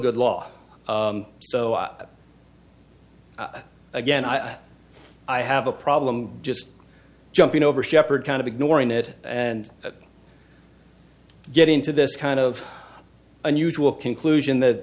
good law so up again i i have a problem just jumping over shepherd kind of ignoring it and get into this kind of unusual conclusion